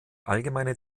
allgemeine